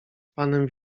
panem